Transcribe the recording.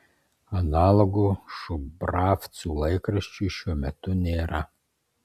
analogo šubravcų laikraščiui šiuo metu nėra